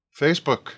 Facebook